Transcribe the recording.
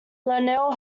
lionel